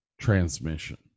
transmission